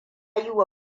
yiwa